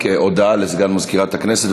הודעה לסגן מזכירת הכנסת,